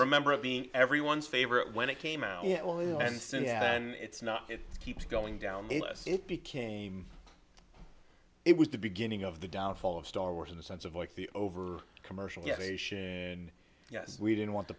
remember it being everyone's favorite when it came out yeah yeah and it's not it keeps going down it became it was the beginning of the downfall of star wars in the sense of like the over the commercial and yes we didn't want the